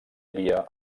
havia